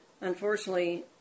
unfortunately